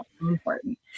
important